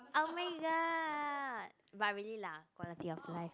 oh-my-god but really lah quality of life